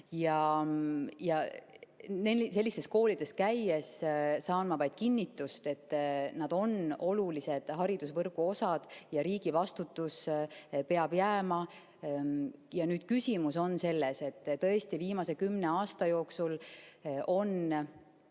Sellistes koolides käies saan ma vaid kinnitust, et need on olulised haridusvõrgu osad ja riigi vastutus peab jääma. Nüüd, küsimus on selles, et tõesti viimase kümne aasta jooksul on